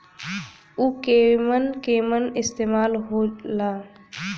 उव केमन केमन इस्तेमाल हो ला?